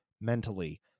mentally